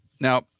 Now